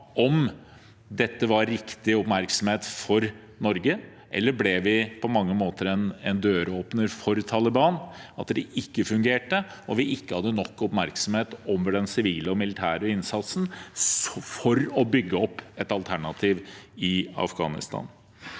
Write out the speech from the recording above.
om dette var riktig oppmerksomhet for Norge, eller om vi på mange måter ble en døråpner for Taliban – at det ikke fungerte, og at vi ikke hadde nok oppmerksomhet på den sivile og militære innsatsen for å bygge opp et alternativ i Afghanistan.